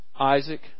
Isaac